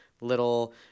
little